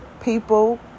people